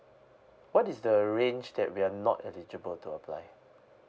what is the range that we are not eligible to apply